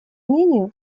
мнению